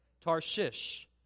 Tarshish